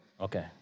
Okay